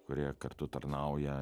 kurie kartu tarnauja